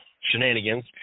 shenanigans